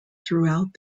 throughout